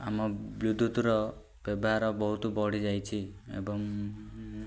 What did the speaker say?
ଆମ ବିଦ୍ୟୁତର ବ୍ୟବହାର ବହୁତ ବଢ଼ିଯାଇଛି ଏବଂ